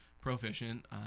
proficient